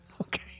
Okay